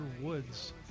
Woods